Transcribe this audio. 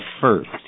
first